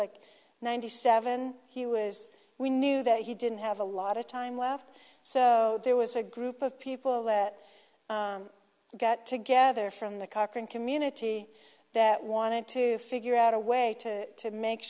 like ninety seven he was we knew that he didn't have a lot of time left so there was a group of people that got together from the cochrane community that wanted to figure out a way to make